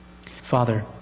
Father